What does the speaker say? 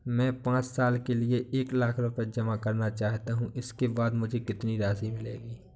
मैं पाँच साल के लिए एक लाख रूपए जमा करना चाहता हूँ इसके बाद मुझे कितनी राशि मिलेगी?